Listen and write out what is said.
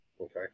Okay